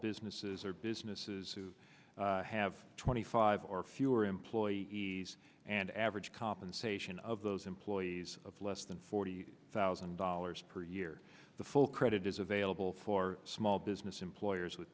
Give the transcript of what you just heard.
businesses or businesses who have twenty five or fewer employees and average compensation of those employees of less than forty thousand dollars per year the full credit is available for small business employers with